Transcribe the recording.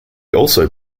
also